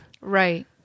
Right